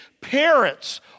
Parents